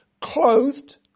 clothed